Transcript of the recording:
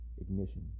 ignition